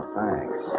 thanks